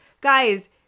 Guys